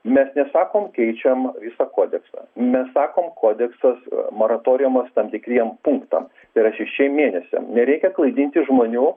mes nesakom keičiam visą kodeksą mes sakom kodeksas moratoriumas tam tikriem punktam tai yra šešiem mėnesiam nereikia klaidinti žmonių